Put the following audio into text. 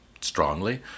strongly